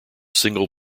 single